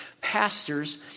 pastors